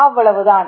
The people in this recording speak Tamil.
அவ்வளவுதான்